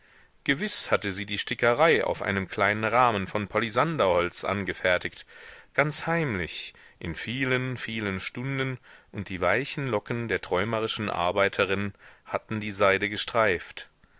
gewiß hatte sie die stickerei auf einem kleinen rahmen von polisanderholz angefertigt ganz heimlich in vielen vielen stunden und die weichen locken der träumerischen arbeiterin hatten die seide gestreift